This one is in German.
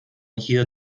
hier